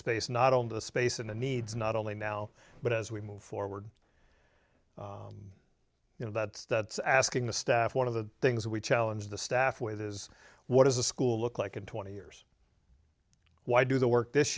space not only the space in the needs not only now but as we move forward you know that's that's asking the staff one of the things we challenge the staff with is what is the school look like in twenty years why do the work this